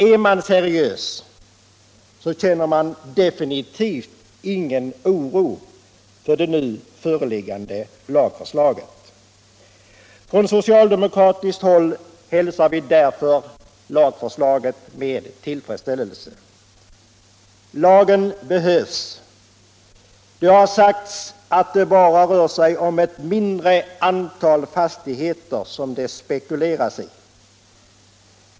Är man seriös känner man definitivt ingen oro för det nu föreliggande lagförslaget. Från socialdemokratiskt håll hälsar vi lagförslaget med tillfredsställelse. Lagen behövs. Det har sagts att det bara är ett mindre antal fastigheter som det spekuleras i.